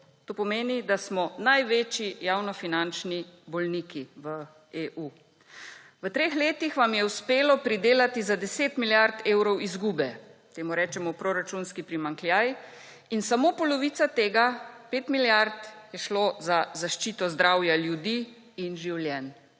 to pomeni, da smo največji javnofinančni bolniki v EU. V treh letih vam je uspelo pridelati za 10 milijard evrov izgube, temu rečemo proračunski primanjkljaj, in samo polovica tega, 5 milijard, je šlo za zaščito zdravja ljudi in življenj.